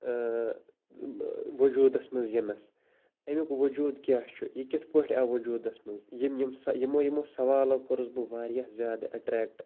وجوٗدَس مَنٛز یِنَس امیُک وجوٗد کیاہ چھُ یہِ کِتھ پٲٹھۍ آو وجودَس مَنٛز یِم یِم سَہ یِمو یِمو سَوالو کوٚرُس بہٕ واریاہ زیادٕ اَٹریٚکٹ